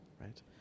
right